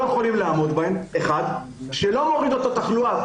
יכולים לעמוד בהן ושלא הורידו את התחלואה.